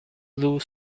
blue